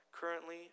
currently